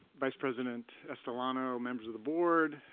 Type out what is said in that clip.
vice president estolano, members of the board,